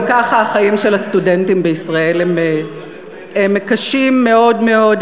גם ככה החיים של הסטודנטים בישראל הם קשים מאוד מאוד,